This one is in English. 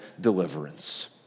deliverance